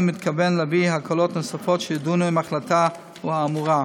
אני מתכוון להביא הקלות נוספות שיידונו עם ההחלטה האמורה.